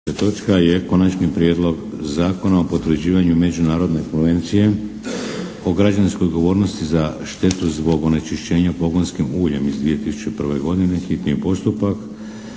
(HDZ)** Konačni prijedlog zakona o potvrđivanju međunarodne Konvencije o građanskoj odgovornosti za štetu zbog onečišćenja pogonskim uljem iz 2001. godine. Dajem na